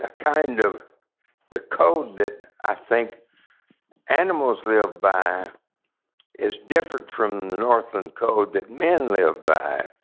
ah kind of the code that i think animals live by is different from northland code that men live by,